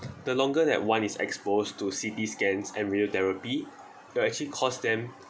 the longer that one is exposed to C_T scans and radiotherapy it will actually caused them